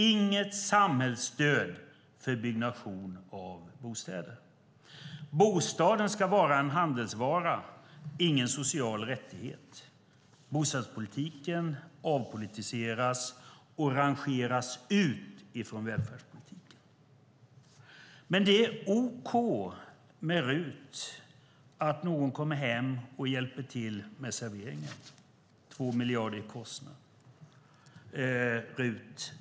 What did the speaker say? Inget samhällsstöd för byggnation av bostäder. Bostaden ska vara en handelsvara, ingen social rättighet. Bostadspolitiken avpolitiseras och rangeras ut från välfärdspolitiken. Men det är ok med RUT, att någon kommer hem och hjälper till med serveringen. 2 miljarder är kostnaden.